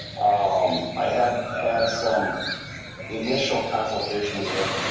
um i had had some initial consultation with.